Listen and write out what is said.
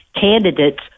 candidates